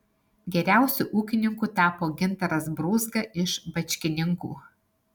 geriausiu ūkininku tapo gintaras brūzga iš bačkininkų